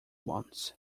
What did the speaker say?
once